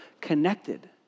connected